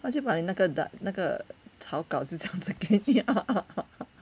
他已经把那个 da~ 那个草稿就这样子给你啊